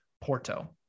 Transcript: Porto